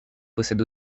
possède